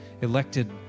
elected